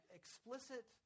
explicit